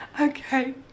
Okay